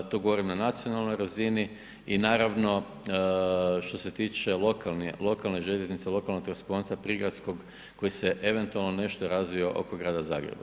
To govorim na nacionalnoj razini i naravno što se tiče lokalne željeznice, lokalnog transporata prigradskog koji se eventualno nešto razvio oko grada Zagreba.